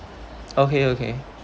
okay okay